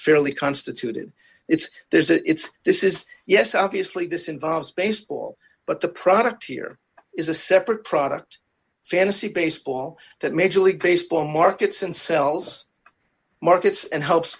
fairly constituted it's theirs that it's this is yes obviously this involves baseball but the product here is a separate product fantasy baseball that major league baseball markets and sells markets and helps